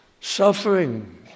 suffering